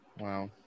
Wow